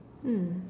mm